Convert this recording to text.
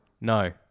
No